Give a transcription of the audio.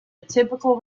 atypical